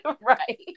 Right